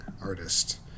artist